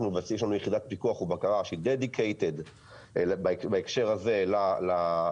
יש לנו יחידת פיקוח ובקרה שמוקדשת בהקשר הזה לפיקוח,